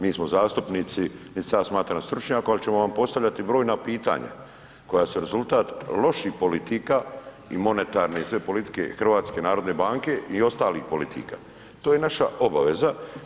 Mi smo zastupnici, nit se ja smatram stručnjak, ali ću vam postavljati brojna pitanja koja su rezultat loših politika i monetarne i sve politike HNB-a i ostalih politika, to je naša obaveza.